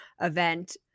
event